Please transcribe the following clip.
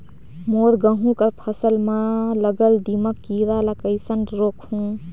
मोर गहूं कर फसल म लगल दीमक कीरा ला कइसन रोकहू?